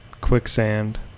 Quicksand